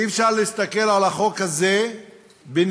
אי-אפשר להסתכל על החוק הזה בנפרד